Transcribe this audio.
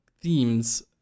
themes